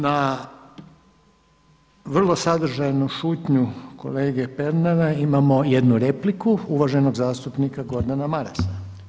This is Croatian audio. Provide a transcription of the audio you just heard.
Na vrlo sadržajnu šutnju kolege Pernara imamo jednu repliku uvaženog zastupnika Gordana Marasa.